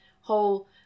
whole